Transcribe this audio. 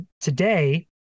today